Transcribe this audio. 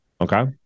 Okay